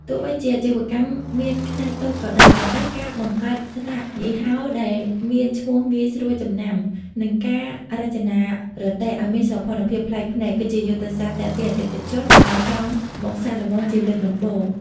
ទោះបីជាអាជីវកម្មមានខ្នាតតូចក៏ដោយ ប៉ុន្តែការបង្កើតស្លាកយីហោដែលមានឈ្មោះងាយស្រួលចំណាំ និងការរចនារទេះឱ្យមានសោភ័ណភាពប្លែកភ្នែក គឺជាយុទ្ធសាស្ត្រទាក់ទាញអតិថិជនឱ្យចង់មកសាកល្បងជាលើកដំបូង។